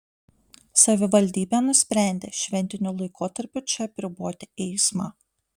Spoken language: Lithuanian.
savivaldybė nusprendė šventiniu laikotarpiu čia apriboti eismą